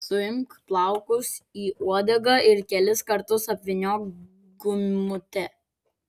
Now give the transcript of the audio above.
suimk plaukus į uodegą ir kelis kartus apvyniok gumute